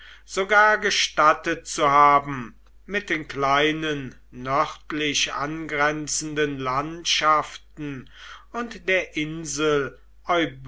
sogar gestattet zu haben mit den kleinen nördlich angrenzenden landschaften und der insel